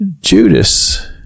Judas